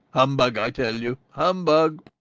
humbug, i tell you! humbug!